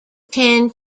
ten